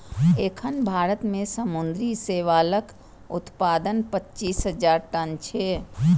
एखन भारत मे समुद्री शैवालक उत्पादन पच्चीस हजार टन छै